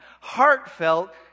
heartfelt